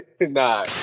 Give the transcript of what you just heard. Nah